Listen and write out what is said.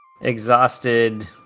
exhausted